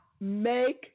make